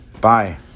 bye